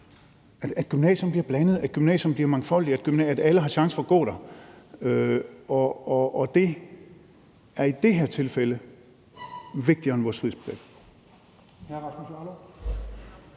at gymnasierne bliver blandede, at gymnasierne bliver mangfoldige, og at alle har en chance for at gå der. Det er i det her tilfælde vigtigere end vores frihedsbegreb.